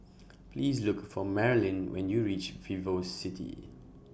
Please Look For Maralyn when YOU REACH Vivocity